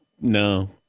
No